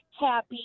happy